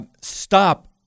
stop